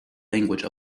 language